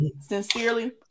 Sincerely